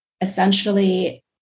essentially